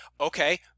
okay